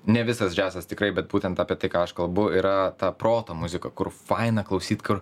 ne visas džiazas tikrai bet būtent apie tai ką aš kalbu yra ta proto muzika kur faina klausyt kur